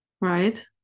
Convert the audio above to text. Right